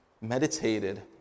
meditated